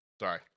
Sorry